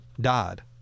died